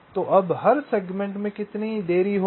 तो अब हर सेगमेंट में देरी कितनी होगी